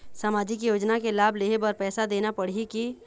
सामाजिक योजना के लाभ लेहे बर पैसा देना पड़ही की?